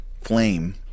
flame